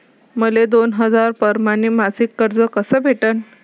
मले दोन हजार परमाने मासिक कर्ज कस भेटन?